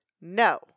No